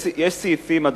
יש סעיפים בחוק,